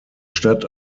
stadt